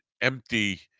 empty